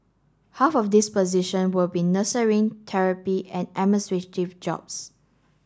half of these position will be therapy and administrative jobs